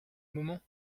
moment